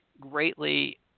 greatly –